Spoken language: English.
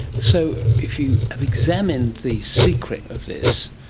so if you have examined the secret of this,